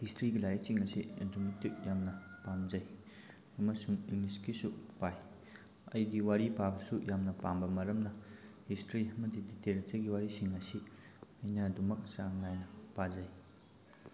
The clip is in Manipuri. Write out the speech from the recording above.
ꯍꯤꯁꯇ꯭ꯔꯤꯒꯤ ꯂꯥꯏꯔꯤꯛꯁꯤꯡ ꯑꯁꯤ ꯑꯗꯨꯛꯀꯤ ꯃꯇꯤꯛ ꯌꯥꯝꯅ ꯄꯥꯝꯖꯩ ꯑꯃꯁꯨꯡ ꯏꯪꯂꯤꯁꯀꯤꯁꯨ ꯄꯥꯏ ꯑꯩꯗꯤ ꯋꯥꯔꯤ ꯄꯥꯕꯁꯨ ꯌꯥꯝꯅ ꯄꯥꯝꯕ ꯃꯔꯝꯅ ꯍꯤꯁꯇ꯭ꯔꯤ ꯑꯃꯗꯤ ꯂꯤꯇꯔꯦꯆꯔꯒꯤ ꯋꯥꯔꯤꯁꯤꯡ ꯑꯁꯤ ꯑꯩꯅ ꯑꯗꯨꯃꯛ ꯆꯥꯡ ꯅꯥꯏꯅ ꯄꯥꯖꯩ